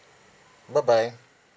bye bye